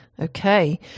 okay